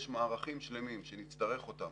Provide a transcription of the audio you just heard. יש מערכים שלמים שנצטרך אותם,